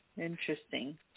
Interesting